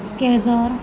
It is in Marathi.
केडझर